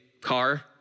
car